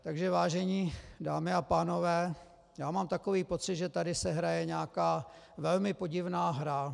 Takže vážené dámy a pánové, mám takový pocit, že tady se hraje nějaká velmi podivná hra.